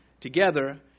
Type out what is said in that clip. together